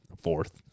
fourth